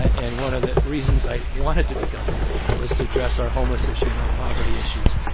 and one of the reasons i wanted to be governor was to address our homeless issue and our poverty issues.